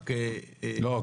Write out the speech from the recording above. שונה--- לא,